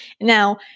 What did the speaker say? Now